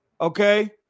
Okay